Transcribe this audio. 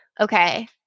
okay